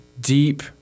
deep